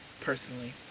personally